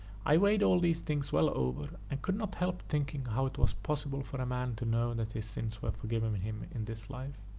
i weighed all these things well over, and could not help thinking how it was possible for a man to know that his sins were forgiven him in this life.